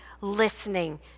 listening